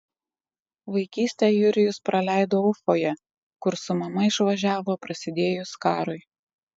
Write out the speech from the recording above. vaikystę jurijus praleido ufoje kur su mama išvažiavo prasidėjus karui